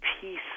peace